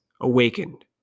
awakened